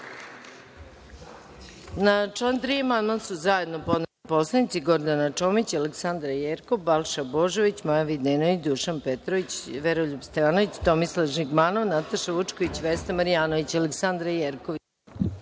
Na član 3. amandman su zajedno podneli narodni poslanici Gordana Čomić, Aleksandra Jerkov, Balša Božović, Maja Videnović, Dušan Petrović, Veroljub Stevanović, Tomislav Žigmanov, Nataša Vučković, Vesna Marjanović. Reč ima Aleksandra Jerkov.